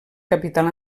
capital